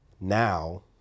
now